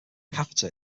capita